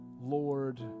Lord